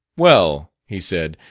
well, he said,